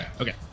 Okay